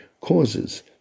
causes